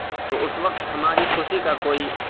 تو اس وقت ہماری خوشی کا کوئی